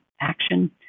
action